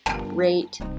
rate